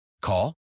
Call